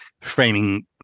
framing